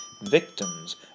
Victims